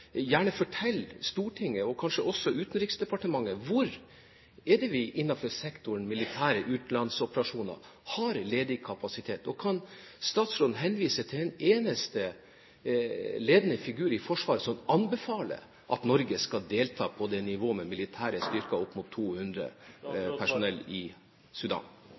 Stortinget og kanskje også Utenriksdepartementet hvor vi innenfor sektoren militære utenlandsoperasjoner har ledig kapasitet? Kan statsråden henvise til en eneste ledende figur i Forsvaret som anbefaler at Norge skal delta på nivå med militære styrker opp mot 200 personell i Sudan?